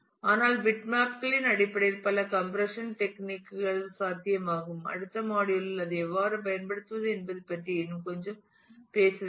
ஆனால் பிட்மேப்களின் அடிப்படையில் பல கம்பிரஷன் டெக்னிக் கள் சாத்தியமாகும் அடுத்த மாடியுல் இல் அதை எவ்வாறு பயன்படுத்துவது என்பது பற்றி இன்னும் கொஞ்சம் பேசுவேன்